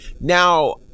Now